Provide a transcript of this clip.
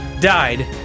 died